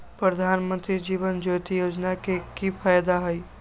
प्रधानमंत्री जीवन ज्योति योजना के की फायदा हई?